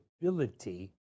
ability